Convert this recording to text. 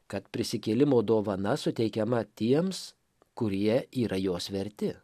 kad prisikėlimo dovana suteikiama tiems kurie yra jos verti